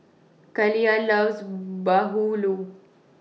Kaliyah loves Bahulu